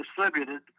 distributed